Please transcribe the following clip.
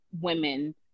women